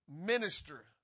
minister